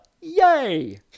Yay